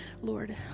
Lord